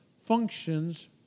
functions